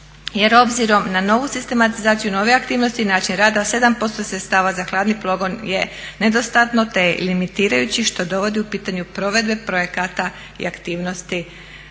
jer obzirom na novu sistematizaciju, nove aktivnosti i način rada 7% sredstava za hladni pogon je nedostatno te limitirajući što dovodi u pitanje provedbu projekata i aktivnosti